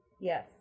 Yes